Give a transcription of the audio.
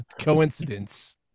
coincidence